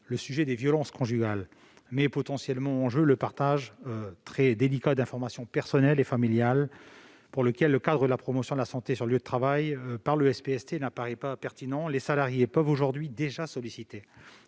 le sujet des violences conjugales met potentiellement en jeu le partage très délicat d'informations personnelles et familiales, pour lequel le cadre de la promotion de la santé sur le lieu de travail par le SPST ne paraît pas pertinent. Les salariés peuvent déjà solliciter